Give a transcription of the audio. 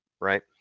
right